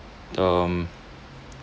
um